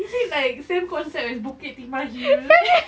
is it like same concept as bukit timah hill